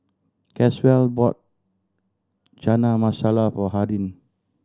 Caswell bought Chana Masala for Harden